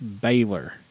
Baylor